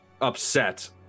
upset